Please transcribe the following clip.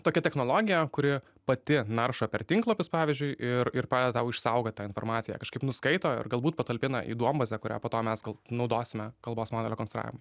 tokia technologija kuri pati naršo per tinklapius pavyzdžiui ir ir padeda tau išsaugot tą informaciją kažkaip nuskaito ir galbūt patalpina į duombazę kurią po to mes gal naudosime kalbos modelio konstravimui